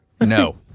No